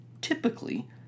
typically